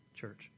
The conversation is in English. church